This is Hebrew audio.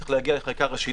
צריך להגיע לחקיקה ראשית.